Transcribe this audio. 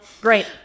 Great